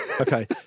okay